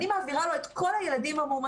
אני מעבירה לו את כל הילדים המאומתים,